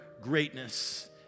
greatness